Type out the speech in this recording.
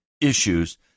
issues